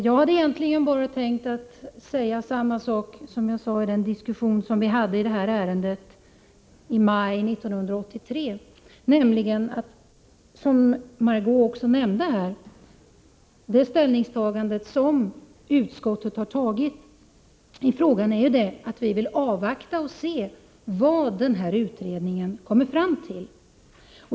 Jag hade egentligen bara tänkt att säga detsamma jag sade i den diskussion som vi förde i detta ärende i maj 1983, nämligen att det ställningstagande — Margöé Ingvardsson nämnde också detta — som utskottet har gjort i frågan är att avvakta och se vad utredningen kommer fram till.